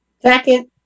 Second